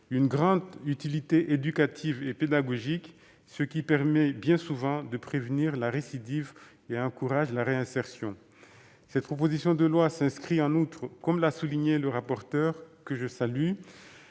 une grande utilité éducative et pédagogique, ce qui permet bien souvent de prévenir la récidive et encourage la réinsertion. Cette proposition de loi s'inscrit en outre, comme l'a souligné le rapporteur, dans la